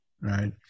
right